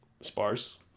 Sparse